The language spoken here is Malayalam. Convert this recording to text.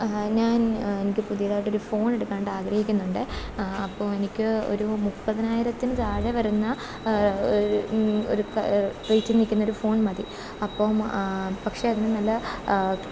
ഞാൻ എനിക്ക് പുതിയതായിട്ടൊരു ഫോൺ എടുക്കാനായിട്ട് ആഗ്രഹിക്കുന്നുണ്ട് അപ്പോൾ എനിക്ക് ഒരു മുപ്പതിനായിരത്തിന് താഴെ വരുന്ന റേറ്റിൽ നിൽക്കുന്ന ഒരു ഫോൺ മതി അപ്പം പക്ഷേ അതിനു നല്ല